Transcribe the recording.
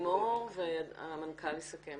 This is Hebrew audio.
לימור והמנכ"ל יסכם.